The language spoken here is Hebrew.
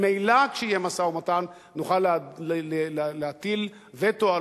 ממילא כשיהיה משא-ומתן נוכל להטיל וטו על